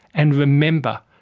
and remember,